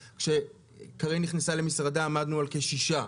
כשקרין נכנסה למשרדה עמדנו על כשישה,